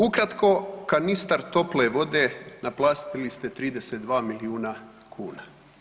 Ukratko kanistar tople vode naplatili ste 32 milijuna kuna.